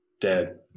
dead